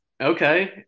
okay